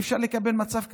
אי-אפשר לקבל מצב כזה.